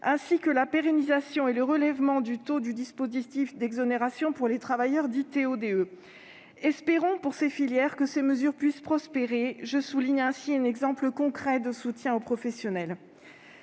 ainsi que la pérennisation et le relèvement du taux du dispositif d'exonération pour les travailleurs occasionnels demandeurs d'emploi, dits « TO-DE ». Espérant pour ces filières que ces mesures puissent prospérer, je souligne ainsi un exemple concret de soutien aux professionnels.